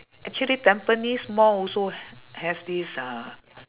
actually tampines mall also h~ have this uh